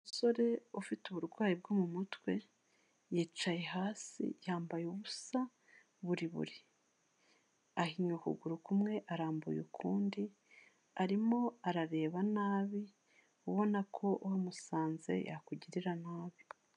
Umusore ufite uburwayi bwo mu mutwe yicaye hasi yambaye ubusa buri buri, ahinnye ukuguru kumwe, arambuye ukundi arimo arareba nabi ubona ko uhamusanze yakugirira nabi.